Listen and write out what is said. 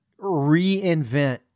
reinvent